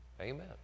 Amen